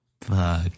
Fuck